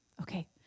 Okay